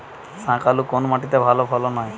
শাকালু কোন মাটিতে ভালো ফলন হয়?